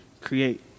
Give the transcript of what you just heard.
create